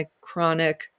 chronic